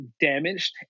damaged